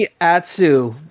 Atsu